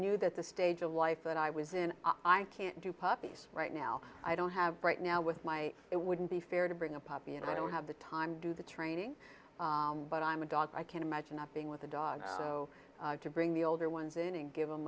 knew that the stage of life that i was in i can't do puppies right now i don't have right now with my it wouldn't be fair to bring a puppy and i don't have the time to do the training but i'm a dog i can't imagine not being with a dog to bring the older ones in and give them